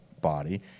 body